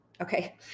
Okay